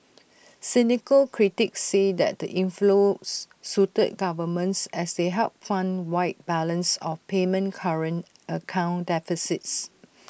cynical critics say that the inflows suited governments as they helped fund wide balance of payment current account deficits